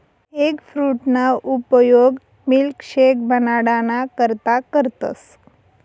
एगफ्रूटना उपयोग मिल्कशेक बनाडाना करता करतस